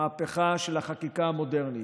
המהפכה של החקיקה המודרנית,